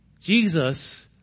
Jesus